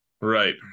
right